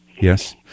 Yes